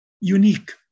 unique